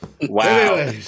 Wow